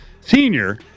Senior